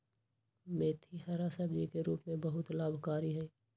मेथी हरा सब्जी के रूप में बहुत लाभकारी हई